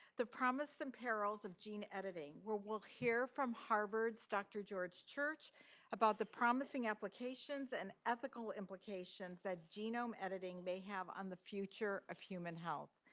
the promise and perils of gene editing, where we'll hear from harvard's dr. george church about the promising applications and ethical implications that genome editing may have on the future of human health.